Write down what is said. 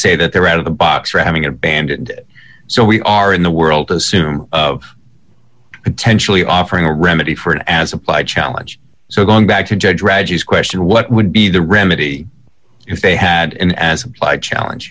say that they're out of the box for having abandoned it so we are in the world assume potentially offering a remedy for an as applied challenge so going back to judge reggie is question what would be the remedy if they had an as applied challenge